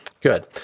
Good